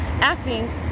acting